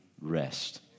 rest